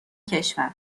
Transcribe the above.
کشور